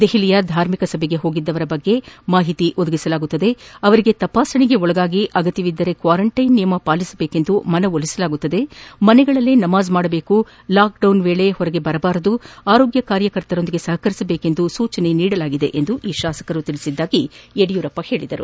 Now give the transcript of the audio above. ದೆಹಲಿಯ ಧಾರ್ಮಿಕ ಸಭೆಗೆ ಹೋಗಿದ್ದವರ ಬಗ್ಗೆ ಮಾಹಿತಿ ನೀಡಲಾಗುವುದು ಅವರಿಗೆ ತಪಾಸಣೆಗೆ ಒಳಗಾಗಿ ಅಗತ್ಯವಿದ್ದರೆ ಕ್ವಾರಂಟ್ಟಿನ್ ನಿಯಮ ಪಾಲಿಸುವಂತೆ ಮನವೊಲಿಸಲಾಗುವುದು ಮನೆಗಳಲ್ಲೇ ನಮಾಜ್ ಮಾಡಬೇಕು ಲಾಕ್ಡೌನ್ ವೇಳೆ ಹೊರಗೆ ಬರಬಾರದು ಆರೋಗ್ಯ ಕಾರ್ಯಕರ್ತರೊಂದಿಗೆ ಸಹಕರಿಸಬೇಕೆಂದು ಸೂಚಿಸಿರುವುದಾಗಿ ಈ ಶಾಸಕರು ತಿಳಿಸಿದ್ದಾಗಿ ಯಡಿಯೂರಪ್ಪ ಹೇಳಿದರು